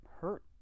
hurt